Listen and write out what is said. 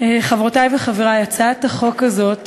חברותי וחברי, הצעת החוק הזאת